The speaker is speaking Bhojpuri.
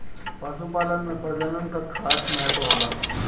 पशुपालन में प्रजनन कअ खास महत्व होला